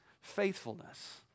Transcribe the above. faithfulness